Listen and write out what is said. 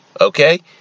Okay